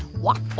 walk,